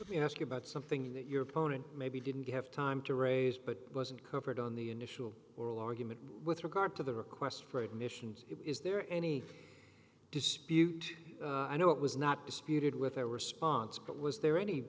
let me ask you about something that your opponent maybe didn't have time to raise but it wasn't covered on the initial oral argument with regard to the request for admission is there any dispute i know it was not disputed with a response but was there any